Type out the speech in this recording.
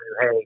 hey